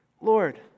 Lord